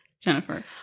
Jennifer